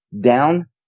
down